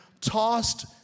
tossed